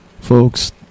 Folks